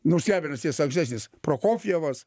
nu skriabinas tiesa ankstesnis prokofjevas